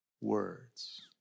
words